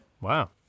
wow